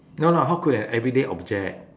no lah how could an everyday object